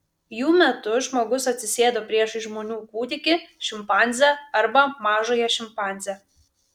jų metu žmogus atsisėdo priešais žmonių kūdikį šimpanzę arba mažąją šimpanzę